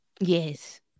Yes